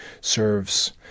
serves